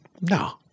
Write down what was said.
No